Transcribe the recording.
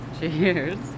Cheers